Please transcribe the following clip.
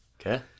okay